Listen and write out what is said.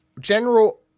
General